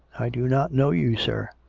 i do not know you, sir.